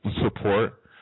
support